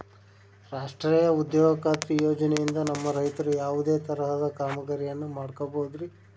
ರಾಷ್ಟ್ರೇಯ ಉದ್ಯೋಗ ಖಾತ್ರಿ ಯೋಜನೆಯಿಂದ ನಮ್ಮ ರೈತರು ಯಾವುದೇ ತರಹದ ಕಾಮಗಾರಿಯನ್ನು ಮಾಡ್ಕೋಬಹುದ್ರಿ?